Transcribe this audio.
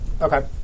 Okay